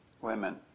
women